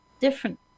different